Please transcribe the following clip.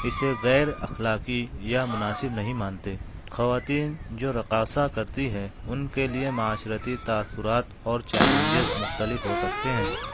اسے غیر اخلاقی یا مناسب نہیں مانتے خواتین جو رقصا کرتی ہیں ان کے لیے معاشرتی تاثرات اور چیلینجز مختلف ہو سکتے ہیں